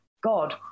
God